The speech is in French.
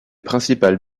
principales